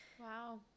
Wow